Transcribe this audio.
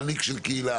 מנהיג את קהילה,